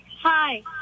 Hi